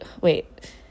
wait